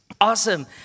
Awesome